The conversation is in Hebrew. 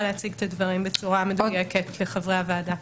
להציג את הדברים בצורה מדויקת לחברי הוועדה.